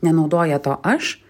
nenaudoja to aš